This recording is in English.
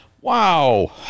wow